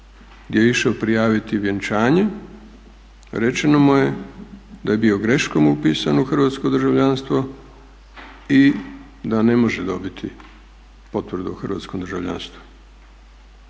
je išao prijaviti vjenčanje. Rečeno mu je da je bio greškom upisan u hrvatsko državljanstvo i da ne može dobiti potvrdu o hrvatskom državljanstvu.